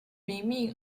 明命